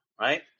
right